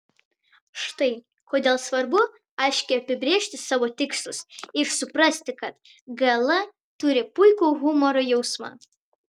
štai kodėl svarbu aiškiai apibrėžti savo tikslus ir suprasti kad gl turi puikų humoro jausmą